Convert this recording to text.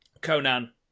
Conan